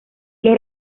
los